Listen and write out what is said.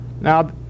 Now